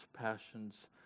passions